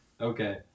Okay